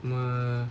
me~